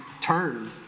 turn